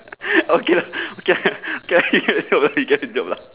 okay lah okay ya okay you get the joke lah you get the joke lah